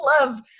love